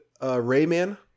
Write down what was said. Rayman